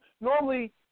Normally